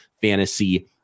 fantasy